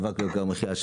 היום: